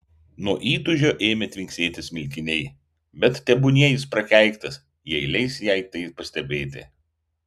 nuo įtūžio ėmė tvinksėti smilkiniai bet tebūnie jis prakeiktas jei leis jai tai pastebėti